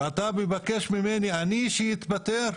ואתה מבקש ממני שאני אתפטר?